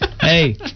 Hey